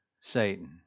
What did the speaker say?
Satan